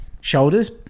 shoulders